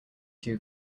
two